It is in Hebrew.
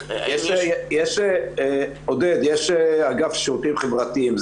יש אגף שירותים חברתיים,